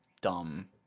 dumb